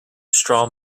straw